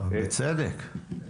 בצדק.